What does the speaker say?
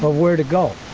ah where to go.